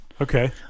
Okay